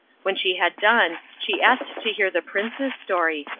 when she had done she asked to hear the prince's story,